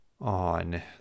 on